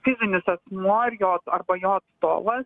fizinias asmuo ar jo arba jo atstovas